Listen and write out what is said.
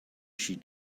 she